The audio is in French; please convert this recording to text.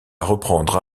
reprendre